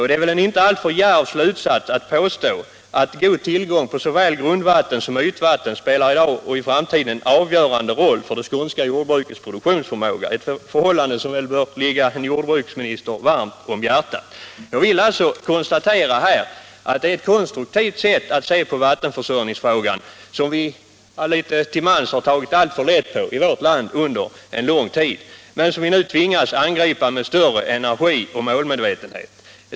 Det är väl en inte alltför djärv slutsats att påstå att god tillgång på såväl grundvatten som ytvatten i dag och i framtiden spelar en avgörande roll för det skånska jordbrukets produktionsförmåga — ett förhållande som väl bör ligga en jordbruksminister varmt om hjärtat. Vi måste anlägga ett mera konstruktivt perspektiv på vattenförsörjningsfrågan, som vi litet till mans tagit alltför lätt på i vårt land under en lång tid, men som vi nu tvingas angripa med större energi och målmedvetenhet.